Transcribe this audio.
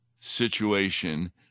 situation